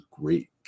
great